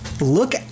look